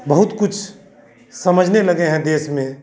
बहुत कुछ समझने लगे हैं देश में